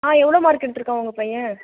ஆ எவ்வளோ மார்க் எடுத்துருக்கான் உங்கள் பையன்